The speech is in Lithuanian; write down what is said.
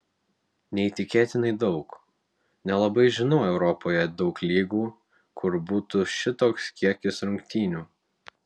neįtikėtinai daug nelabai žinau europoje daug lygų kur būtų šitoks kiekis rungtynių